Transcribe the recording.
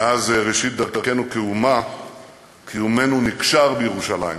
מאז ראשית דרכנו כאומה קיומנו נקשר בירושלים,